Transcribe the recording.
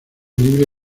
libre